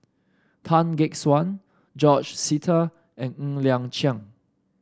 Tan Gek Suan George Sita and Ng Liang Chiang